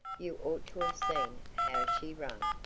you ought to have seen how she run.